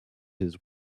his